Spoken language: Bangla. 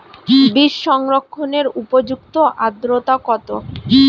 বীজ সংরক্ষণের উপযুক্ত আদ্রতা কত?